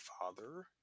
father